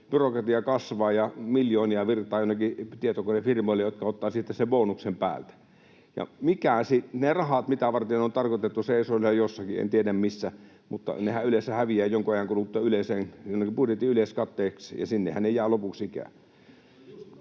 byrokratia kasvaa ja miljoonia virtaa jonnekin tietokonefirmoille, jotka ottavat siitä sen bonuksen päältä. Ne rahat, mitä varten ne on tarkoitettu, seisovat siellä jossakin. En tiedä, missä, mutta nehän yleensä häviävät jonkin ajan kuluttua budjetin yleiskatteeksi, ja sinnehän ne jäävät lopuksi ikää.